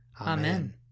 Amen